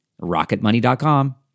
Rocketmoney.com